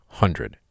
hundred